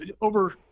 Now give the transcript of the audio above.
over